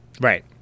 Right